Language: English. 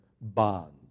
bond